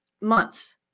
months